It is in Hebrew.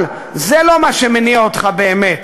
אבל זה לא מה שמניע אותך באמת.